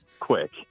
Quick